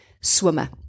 swimmer